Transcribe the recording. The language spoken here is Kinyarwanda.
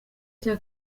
cya